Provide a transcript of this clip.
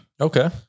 Okay